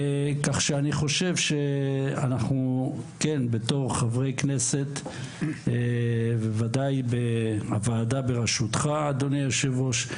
כך שאני חושב שאנחנו כחברי כנסת ובוודאי הוועדה ברשותך אדוני היושב-ראש,